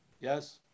yes